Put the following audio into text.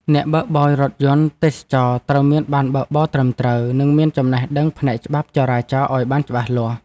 អ្នកបើកបររថយន្តទេសចរណ៍ត្រូវមានប័ណ្ណបើកបរត្រឹមត្រូវ និងមានចំណេះដឹងផ្នែកច្បាប់ចរាចរណ៍ឱ្យបានច្បាស់លាស់។